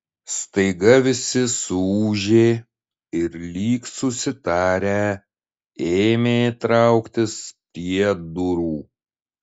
staiga visi suūžė ir lyg susitarę ėmė trauktis prie durų